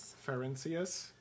Fahrenheit